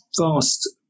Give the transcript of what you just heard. vast